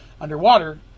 Underwater